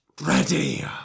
ready